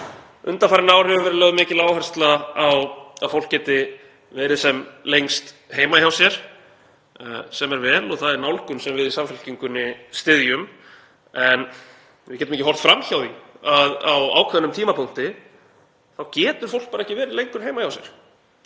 Undanfarin ár hefur verið lögð mikil áhersla á að fólk geti verið sem lengst heima hjá sér, sem er vel og það er nálgun sem við í Samfylkingunni styðjum. En við getum ekki horft fram hjá því að á ákveðnum tímapunkti getur fólk bara ekki verið lengur heima hjá sér.